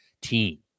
team